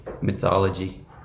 mythology